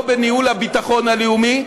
לא בניהול הביטחון הלאומי?